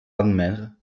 admettre